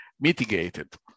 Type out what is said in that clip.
mitigated